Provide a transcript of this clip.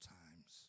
times